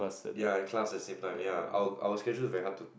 ya had class at the same time ya our our schedule is very hard to